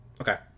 Okay